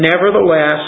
nevertheless